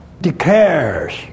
declares